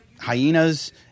Hyena's